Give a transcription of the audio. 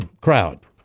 crowd